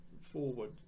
forward